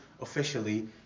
officially